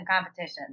competition